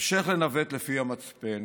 המשך לנווט לפי המצפן